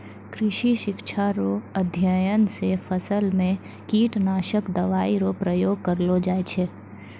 कृषि शिक्षा रो अध्ययन से फसल मे कीटनाशक दवाई रो प्रयोग करलो जाय छै